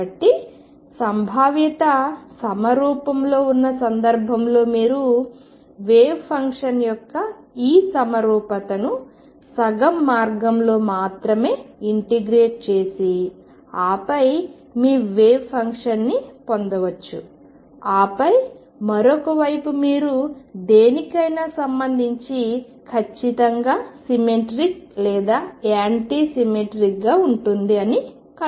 కాబట్టి సంభావ్యత సమరూపంగా ఉన్న సందర్భంలో మీరు వేవ్ ఫంక్షన్ యొక్క ఈ సమరూపతను సగం మార్గంలో మాత్రమే ఇంటిగ్రేట్ చేసి ఆపై మీ వేవ్ ఫంక్షన్ని పొందవచ్చు ఆపై మరొక వైపు మీరు దేనికైనా సంబంధించి ఖచ్చితంగా సిమెట్రిక్ లేదా యాంటీ సిమెట్రిక్గా ఉంటుంది అని కనుగొన్నారు